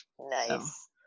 nice